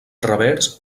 revers